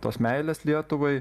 tos meilės lietuvai